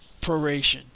proration